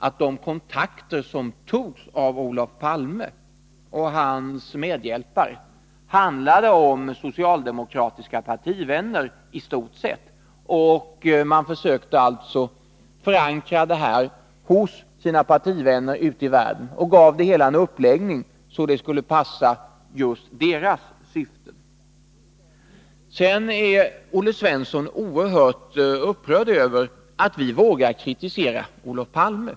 I de kontakter som togs av Olof Palme och hans medhjälpare handlade det utan tvivel i stort sett om socialdemokratiska partivänner. Man försökte alltså förankra detta förslag hos sina partivänner ute i världen och gav ärendet en sådan uppläggning att det skulle passa just deras syften. Olle Svensson är oerhört upprörd över att vi vågar kritisera Olof Palme.